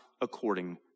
according